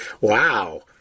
Wow